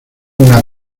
una